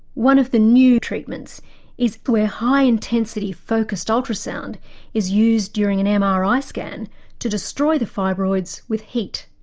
one of the new treatments is where high intensity focussed ultrasound is used during and a um mri ah scan to destroy the fibroids with heat.